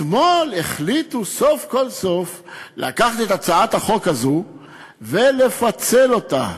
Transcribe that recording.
אתמול החליטו סוף כל סוף לקחת את הצעת החוק הזו ולפצל אותה